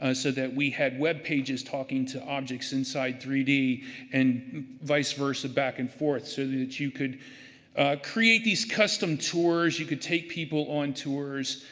ah so that we had web pages talking to objects inside three d and vice versa back and forth. so that you could create these custom tours, you could take people on tours.